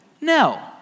No